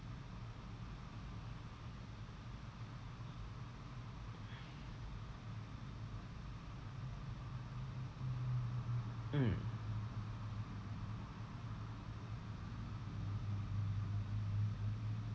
mm